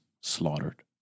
slaughtered